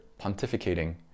pontificating